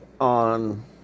on